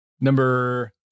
Number